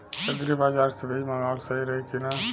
Agri बाज़ार से बीज मंगावल सही रही की ना?